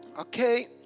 Okay